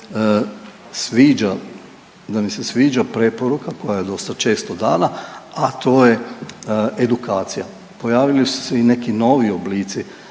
da mi se sviđa preporuka koja je dosta često dana, a to je edukacija. Pojavili su se i neki novi oblici